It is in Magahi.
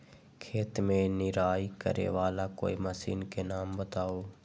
खेत मे निराई करे वाला कोई मशीन के नाम बताऊ?